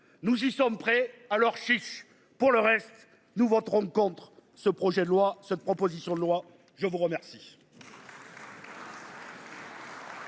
Nous y sommes prêts. Alors chiche. Pour le reste, nous voterons contre ce projet de loi. Cette proposition de loi, je vous remercie.